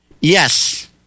Yes